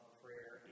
prayer